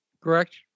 correct